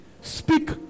Speak